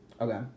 Okay